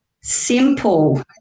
simple